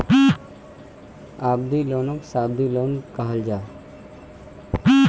अवधि लोनक सावधि लोन कह छेक